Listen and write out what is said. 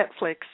Netflix